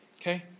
okay